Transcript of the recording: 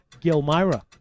Gilmyra